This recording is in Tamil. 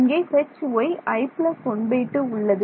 இங்கே Hyi 12 உள்ளது